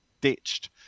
ditched